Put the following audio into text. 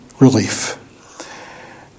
relief